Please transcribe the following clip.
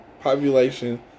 population